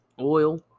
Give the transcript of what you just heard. Oil